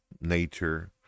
nature